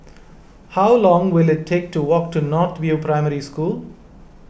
how long will it take to walk to North View Primary School